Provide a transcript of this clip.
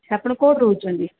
ଆପଣ କୋଉଠି ରହୁଛନ୍ତି